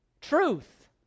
Truth